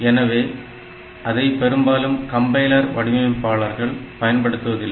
எனவே அதை பெரும்பாலும் கம்பைலர் வடிவமைப்பாளர்கள் பயன்படுத்துவதில்லை